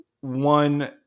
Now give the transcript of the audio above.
one